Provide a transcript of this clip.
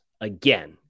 again